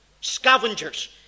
scavengers